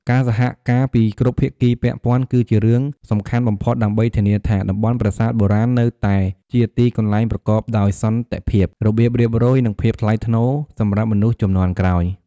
ការសហការពីគ្រប់ភាគីពាក់ព័ន្ធ គឺជារឿងសំខាន់បំផុតដើម្បីធានាថា តំបន់ប្រាសាទបុរាណនៅតែជាទីកន្លែងប្រកបដោយសន្តិភាព របៀបរៀបរយ និងភាពថ្លៃថ្នូរសម្រាប់មនុស្សជំនាន់ក្រោយ។